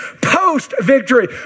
post-victory